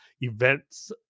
events